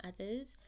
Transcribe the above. others